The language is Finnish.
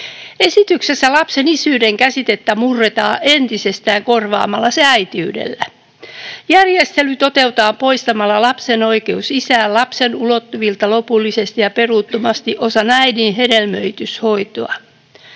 Esityksessä lapsen isyyden käsitettä murretaan entisestään korvaamalla se äitiydellä. Järjestely toteutetaan poistamalla lapsen oikeus isään lapsen ulottuvilta lopullisesti ja peruuttamattomasti osana äidin hedelmöityshoitoa.